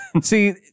See